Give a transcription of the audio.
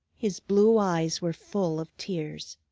his blue eyes were full of tears.